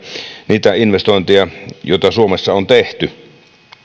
niitä investointeja joita suomessa on tehty